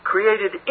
Created